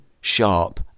sharp